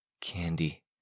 Candy